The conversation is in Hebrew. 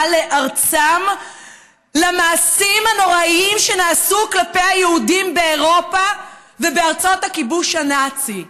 לארצם למעשים הנוראיים שנעשו כלפי היהודים באירופה ובארצות הכיבוש הנאצי.